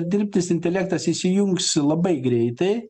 dirbtinis intelektas įsijungs labai greitai